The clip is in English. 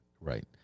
Right